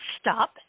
Stop